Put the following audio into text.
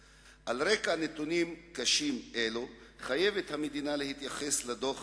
1,000. על רקע נתונים קשים אלו חייבת המדינה להתייחס לדוח